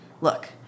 look